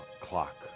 clock